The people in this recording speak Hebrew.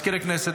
מזכיר הכנסת,